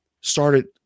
started